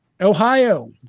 Ohio